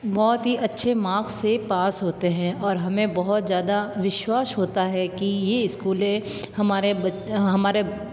बहुत ही अच्छे मार्क्स से पास होते हैं और हमें बहुत ज़्यादा विश्वास होता है कि यह स्कूलें हमारे हमारे